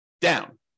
down